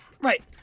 right